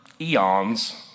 eons